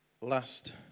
last